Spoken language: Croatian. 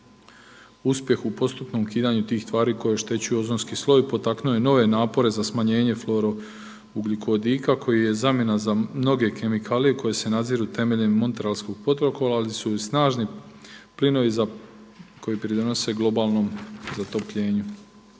Uspjeh u postupnom ukidanju tih tvari koje oštećuju ozonski sloj potaknuo je nove napore za smanjenje fluorougljikovodika koji je zamjena za mnoge kemikalije koje se nadziru temeljem Montrealskog protokola ali su i snažni plinovi koji pridonose globalnom zatopljenju.